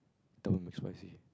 double McSpicy